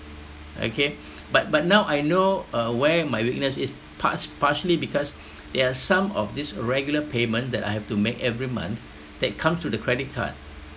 okay but but now I know uh where my weakness is part~ partially because there are some of this regular payment that I have to make every month that come through the credit card